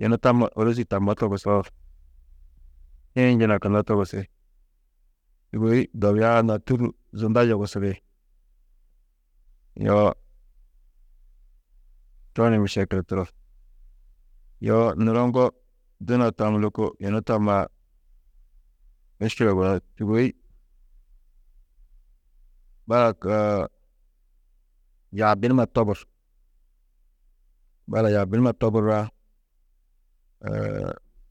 Yunu tammo, ôrozi tammó togusoo, šiĩ njinakunnó togusi, sûgoi dobia-ã na tûrru zunda yogusidi, yo to ni mešekil turo. Yo nuro ŋgo duna tam lôko yunu tammaã, miškile sûgoi balak yaabi numa tobur, balak yaabi numa toburra,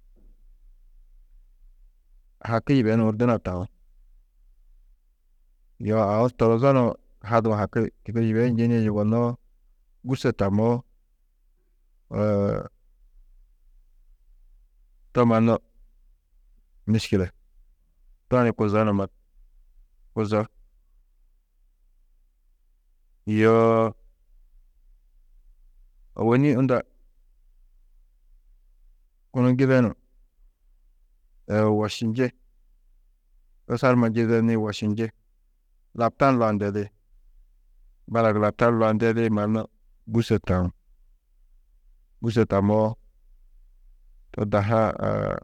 haki yibenuú duna taú, yo aũ torozo nuũ haduũ haki yibe yibeyi njenîe yugonnoó gûrso tamoó to mannu miškile, to ni kuzo numa, kuzo, yoo ôwonni unda kunu gibanum, wošinji, kusar numa njizeni, wošinji, laptan lau ndedi, balak laptan lau ndedi mannu gûrso taú, gûrso tammoó to dahu-ã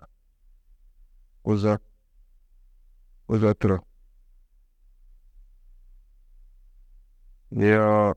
kuzo, kuzo turo, yoo.